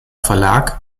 verlag